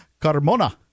Carmona